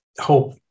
hope